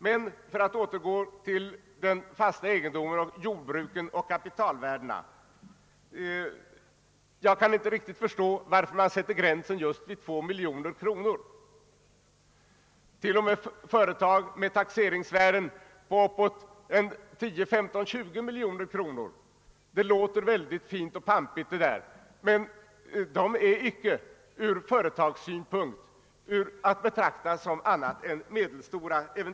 Men för att återgå till den fasta egendomen, jordbruket och kapitalvärdena, så kan jag inte riktigt förstå varför man sätter gränsen just vid 2 miljoner kronor. Till och med företag med taxeringsvärden på 10, 15 och 20 miljoner kronor — det låter fint och pampigt — är icke från företagssynpunkt att betrakta som aunat än medelstora.